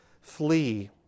flee